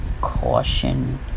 caution